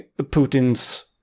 Putin's